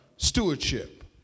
stewardship